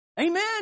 Amen